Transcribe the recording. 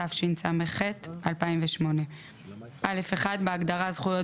התשס"ח 2008‏;"; (א1)בהגדרה "זכויות